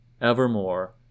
evermore